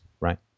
right